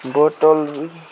bottle